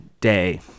day